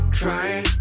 trying